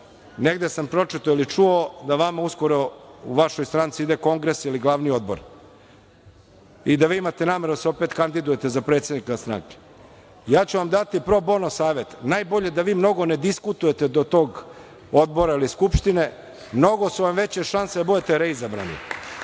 negde sam pročitao ili čuo, da vama uskoro u vašoj stranci ide kongres ili glavni odbor i da vi imate nameru da se opet kandidujete za predsednika stranke. Ja ću vam dati pro bono savet – najbolje da vi mnogo ne diskutujete do tog odbora ili skupštine, jer mnogo su vam veće šanse da budete reizabrani.